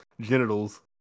genitals